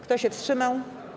Kto się wstrzymał?